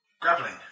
grappling